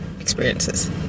experiences